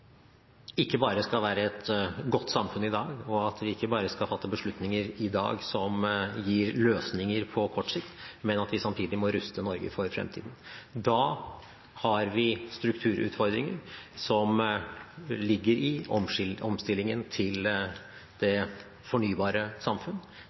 ikke bare skal være et godt samfunn i dag, og at vi ikke bare skal fatte beslutninger i dag som gir løsninger på kort sikt, men at vi samtidig må ruste Norge for fremtiden. Da har vi strukturutfordringer som ligger i omstillingen til